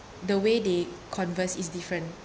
the way they converse is different